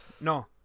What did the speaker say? no